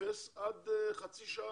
מאפס עד חצי שעה,